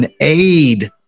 aid